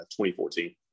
2014